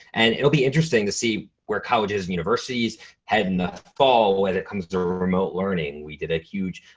and it'll be interesting to see where colleges and universities head in the fall when it comes to remote learning. we did a huge,